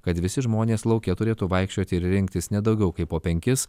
kad visi žmonės lauke turėtų vaikščioti ir rinktis ne daugiau kaip po penkis